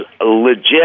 legit